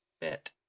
bit